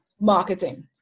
marketing